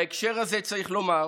בהקשר הזה צריך לומר